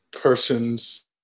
persons